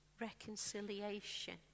reconciliation